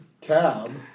cab